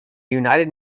united